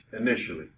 initially